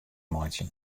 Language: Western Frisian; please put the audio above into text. meitsjen